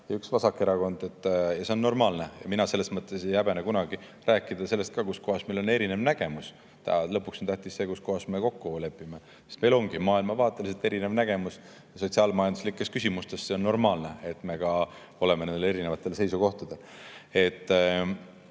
ja üks vasakerakond. Ja see on normaalne. Mina selles mõttes ei häbene kunagi rääkida ka sellest, kus kohas meil on erinev nägemus. Lõpuks on tähtis see, kus kohas me kokku lepime. Meil ongi maailmavaateliselt erinev nägemus sotsiaal-majanduslikes küsimustes. See on normaalne, et me oleme erinevatel seisukohtadel.